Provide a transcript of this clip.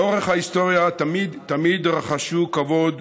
לאורך ההיסטוריה תמיד תמיד רחשו כבוד,